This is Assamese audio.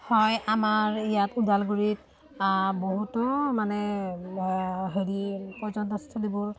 হয় আমাৰ ইয়াত ওদালগুৰিত বহুতো মানে হেৰি পৰ্যটনস্থলীবোৰ